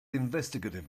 investigative